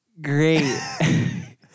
great